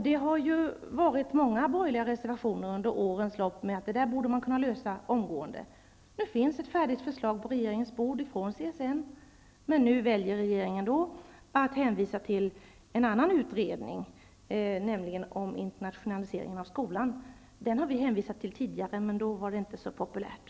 Det har avgetts många borgerliga reservationer under årens lopp, och man har menat att detta borde kunna lösas omgående. Nu finns ett färdigt förslag från CSN på regeringens bord, men nu väljer regeringen att hänvisa till en annan utredning, nämligen den om internationalisering av skolan. Den har vi socialdemokrater hänvisat till tidigare, men då var det inte så populärt.